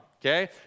okay